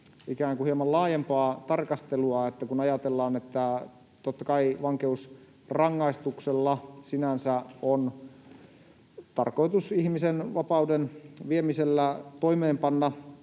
hieman laajempaa tarkastelua: sitä, että kun ajatellaan, että totta kai vankeusrangaistuksella sinänsä on tarkoitus ihmisen vapauden viemisellä toimeenpanna